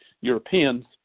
Europeans